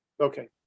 Okay